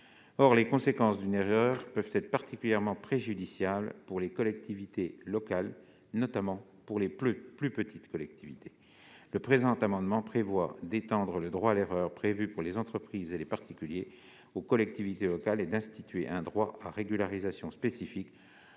Or les conséquences d'une erreur peuvent être particulièrement préjudiciables pour les collectivités locales, notamment les plus petites. Cet amendement vise à étendre le droit à l'erreur prévu pour les entreprises et les particuliers aux collectivités locales et à instituer un droit à régularisation spécifique